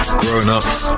grown-ups